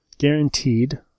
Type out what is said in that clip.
Guaranteed